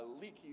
leaky